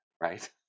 right